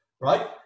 right